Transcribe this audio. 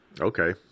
Okay